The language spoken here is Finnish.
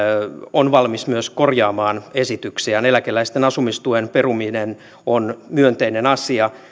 on valmis myös korjaamaan esityksiään eläkeläisten asumistuen peruminen on myönteinen asia